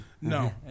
No